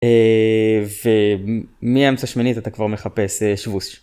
ומהאמצע שמינית אתה כבר מחפש שבו"ש.